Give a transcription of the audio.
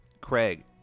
Craig